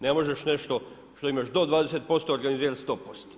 Ne možeš nešto što imaš do 20% organizirati 100%